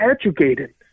educated